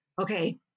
okay